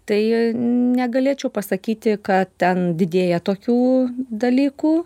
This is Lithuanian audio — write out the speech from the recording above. tai negalėčiau pasakyti kad ten didėja tokių dalykų